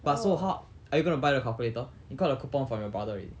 but so how are you gonna buy the calculator you got a coupon from your brother already